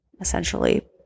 essentially